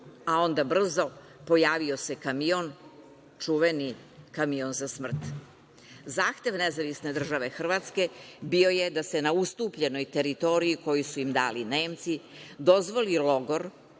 a onda brzo, pojavio se kamion, čuveni kamion za smrt.Zahtev NDH bio je da se na ustupljenoj teritoriji, koju su im dali Nemci, dozvoli logor,